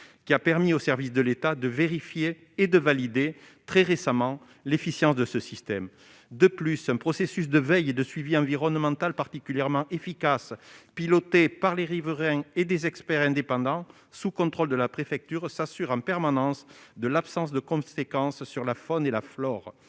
qui a permis aux services de l'État de vérifier et de valider l'efficience du système. De plus, un processus de veille et de suivi environnemental particulièrement efficace, piloté par les riverains et des experts indépendants, sous contrôle de la préfecture, permet de s'assurer en permanence de l'absence de conséquences sur la faune et la flore.